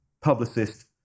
publicist